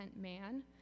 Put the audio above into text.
man